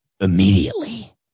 immediately